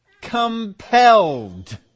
compelled